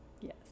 Yes